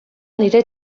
nire